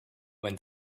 when